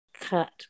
cut